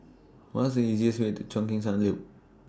What IS The easiest Way to Cheo Chin Sun Lim